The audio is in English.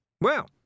Well